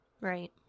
right